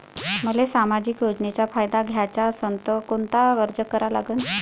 मले सामाजिक योजनेचा फायदा घ्याचा असन त कोनता अर्ज करा लागन?